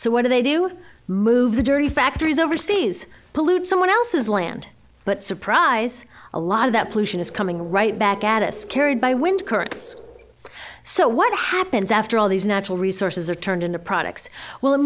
so what do they do move the dirty factories overseas pollute someone else's land but surprise a lot of that pollution is coming right back at asc carried by wind currents so what happens after all these natural resources are turned into products well